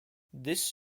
this